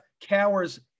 cowers